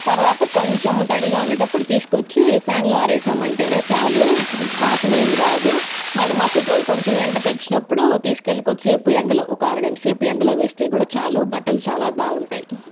తర్వాత కొంచం తడిగా ఉండేటప్పుడు తీస్కొచ్చి ఫ్యాన్ లో ఆరేశామంటేనే చాలు వాసనేం రాదు మళ్ళీ మరుసటి రోజు కొంచం ఎండ తెరిచినప్పుడు తీసుకెళ్ళి కొద్దిసేపు ఎండలో ఒక అరగంట సేపు ఎండలో వేస్తే కూడా చాలు బట్టలు చాలా బాగుంటాయి